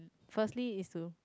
firstly is to